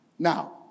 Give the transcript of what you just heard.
Now